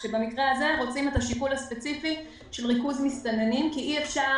כאשר במקרה הזה רוצים את השיקול הספציפי של ריכוז מסתננים כי אי אפשר